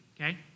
okay